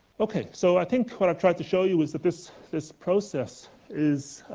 okay, so i think what i've tried to show you is that this this process is,